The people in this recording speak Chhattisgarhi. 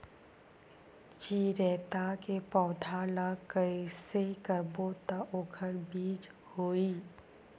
चिरैता के पौधा ल कइसे करबो त ओखर बीज होई?